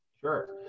Sure